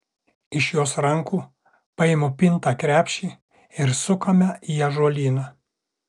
iš jos rankų paimu pintą krepšį ir sukame į ąžuolyną